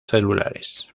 celulares